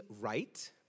right